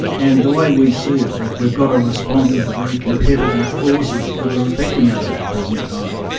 and the way we see it, that we've got to respond to the very competitive forces that are affecting us at the present time.